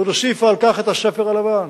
ועוד הוסיפה על כך את הספר הלבן,